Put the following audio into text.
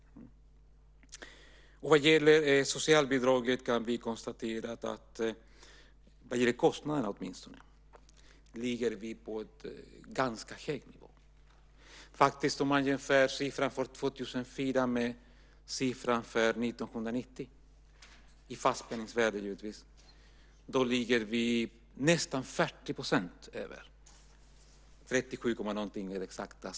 Vad gäller socialbidraget kan vi konstatera att kostnaderna ligger ganska högt. Om man jämför siffran för 2004 med siffran för 1990 - givetvis i fast penningvärde - ligger vi nästan 40 % över. Den exakta siffran är drygt 37 %.